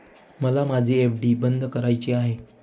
मला माझी एफ.डी बंद करायची आहे